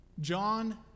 John